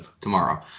tomorrow